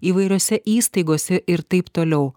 įvairiose įstaigose ir taip toliau